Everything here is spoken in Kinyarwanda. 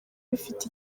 bifite